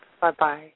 Bye-bye